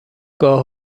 گاه